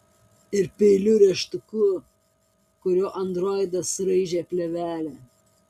ir peiliu rėžtuku kuriuo androidas raižė plėvelę